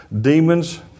Demons